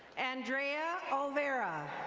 andrea olvera.